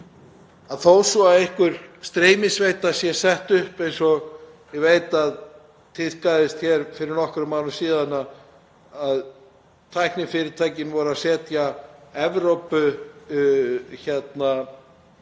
þó svo að einhver streymisveita sé sett upp eins og ég veit að tíðkaðist hér fyrir nokkrum árum síðan, þegar tæknifyrirtækin voru að setja Evrópuhöfuðstöðvar